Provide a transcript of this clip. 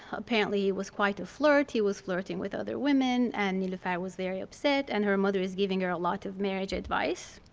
apparently he was quite a flirt. he was flirting with other women and niloufer was very upset. and her mother is giving her a lot of marriage advice.